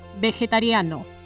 vegetariano